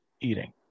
eating